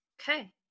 okay